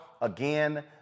again